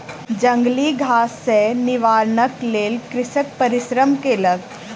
जंगली घास सॅ निवारणक लेल कृषक परिश्रम केलक